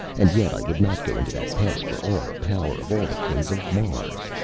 and yet i would not go into that pass for all the power of all the kings of mars!